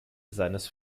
seines